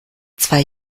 zwei